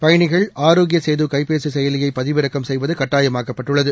பயனிகள் ஆரோக்கியசேதுகைபேசிசெயலியைபதிவிறக்கம் செய்வதுகட்டாயமாக்கப்பட்டுள்ளது